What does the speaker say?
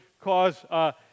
cause